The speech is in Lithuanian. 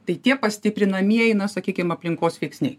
tai tie pastiprinamieji na sakykim aplinkos veiksniai